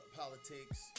politics